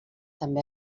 també